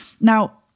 Now